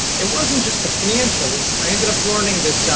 it wasn't just the financials. i ended up learning that,